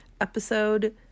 episode